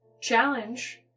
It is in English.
challenge